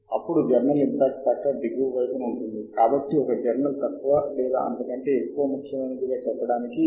గత ఆరు నెలల్లో ఒక నిర్దిష్ట అంశము యొక్క వినియోగ సంఖ్య మరియు కాబట్టి మీరు ఏమి జరుగుతుందో తెలుసుకోవటానికి ఆ సంఖ్యను చూడండి